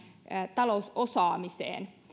talousosaamiseen